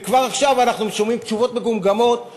וכבר עכשיו שומעים תשובות מגומגמות,